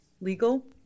legal